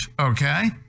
okay